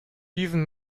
diesen